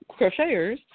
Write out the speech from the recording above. crocheters